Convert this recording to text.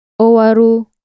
Owaru